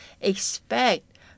expect